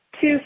two